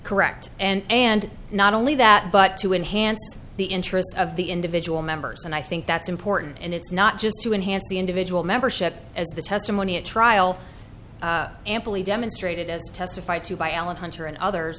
correct and and not only that but to enhance the interest of the individual members and i think that's important and it's not just to enhance the individual membership as the testimony at trial amply demonstrated as testified to by alan hunter and others